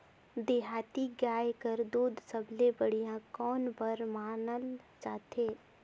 देहाती गाय कर दूध सबले बढ़िया कौन बर मानल जाथे?